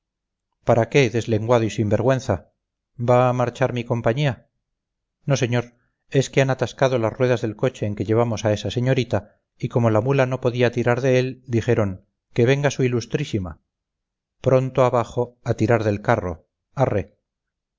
para qué deslenguado y sin vergüenza va a marchar mi compañía no señor es que se han atascado las ruedas del coche en que llevamos a esa señorita y como la mula no podía tirar de él dijeron que venga su ilustrísima pronto abajo a tirar del carro arre